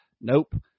nope